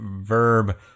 verb